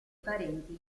parenti